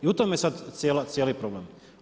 I u tome je sad cijeli problem.